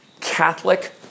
Catholic